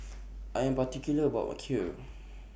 I Am particular about My Kheer